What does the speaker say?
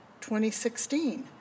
2016